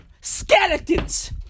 skeletons